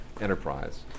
enterprise